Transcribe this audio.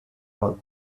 all